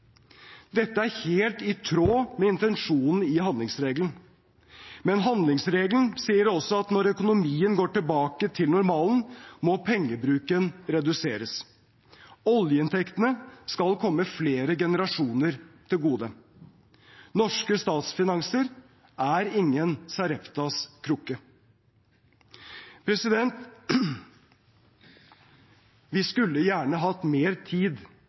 Dette er helt i tråd med intensjonen i handlingsregelen. Men handlingsregelen sier også at når økonomien går tilbake til normalen, må pengebruken reduseres. Oljeinntektene skal komme flere generasjoner til gode. Norske statsfinanser er ingen Sareptas krukke. Vi skulle gjerne hatt mer tid